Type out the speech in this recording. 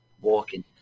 walking